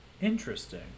Interesting